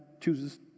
chooses